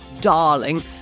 Darling